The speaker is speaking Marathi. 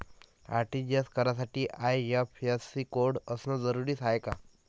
आर.टी.जी.एस करासाठी आय.एफ.एस.सी कोड असनं जरुरीच हाय का?